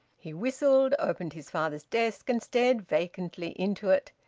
he whistled, opened his father's desk and stared vacantly into it,